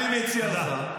אני מציע לך.